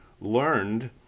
learned